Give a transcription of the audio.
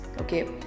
okay